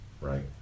right